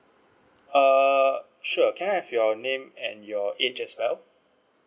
err sure can I have your name and your age as well